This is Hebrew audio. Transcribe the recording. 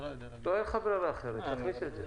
אין לך ברירה אחרת, תכניס את זה.